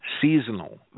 seasonal